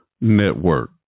Network